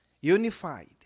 Unified